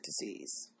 disease